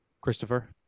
Christopher